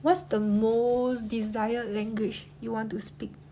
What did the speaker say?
what's the most desired language you want to speak